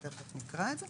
תיכף נקרא את זה,